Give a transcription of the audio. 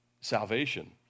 salvation